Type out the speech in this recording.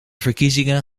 verkiezingen